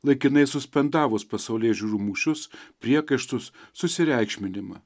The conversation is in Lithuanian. laikinai suspendavus pasaulėžiūrų mūšius priekaištus susireikšminimą